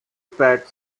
pat